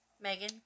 Megan